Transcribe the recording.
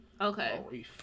Okay